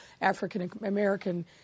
African-American